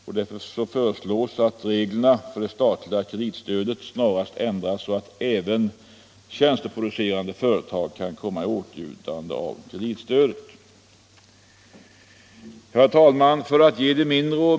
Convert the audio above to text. Vi föreslår därför att reglerna för det statliga kreditstödet snarast ändras så, att även tjänsteproducerande företag kan komma i åtnjutande av kreditstöd.